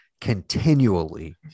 continually